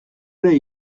ere